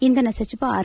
ಇಂಧನ ಸಚಿವ ಆರ್